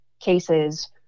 cases